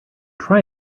try